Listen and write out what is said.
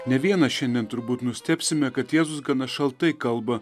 ne vienas šiandien turbūt nustebsime kad jėzus gana šaltai kalba